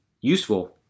useful